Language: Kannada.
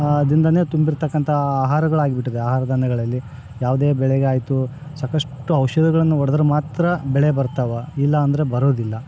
ಅದ್ರಿಂದ ತುಂಬಿರ್ತಕ್ಕಂಥ ಆಹಾರಗಳು ಆಗಿ ಬಿಟ್ಟಿದೆ ಆಹಾರ ಧಾನ್ಯಗಳಲ್ಲಿ ಯಾವುದೇ ಬೆಳೆಗೆ ಆಯಿತು ಸಾಕಷ್ಟು ಔಷಧಗಳನ್ನು ಹೊಡೆದ್ರೆ ಮಾತ್ರ ಬೆಳೆ ಬರ್ತಾವೆ ಇಲ್ಲಾಂದರೆ ಬರೋದಿಲ್ಲ